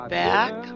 back